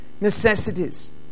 necessities